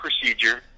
procedure